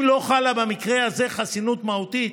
אם לא חלה במקרה הזה חסינות מהותית,